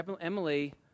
Emily